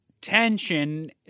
tension